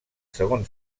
segon